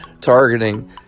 targeting